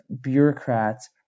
bureaucrats